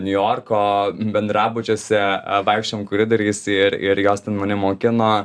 niujorko bendrabučiuose vaikščiojome koridoriais ir ir jos ten mane mokino